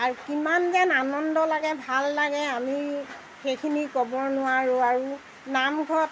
আৰু কিমান যেন আনন্দ লাগে ভাল লাগে আমি সেইখিনি ক'ব নোৱাৰোঁ আৰু নামঘৰত